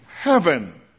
heaven